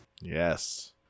Yes